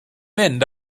mynd